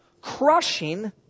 crushing